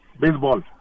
Baseball